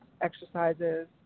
exercises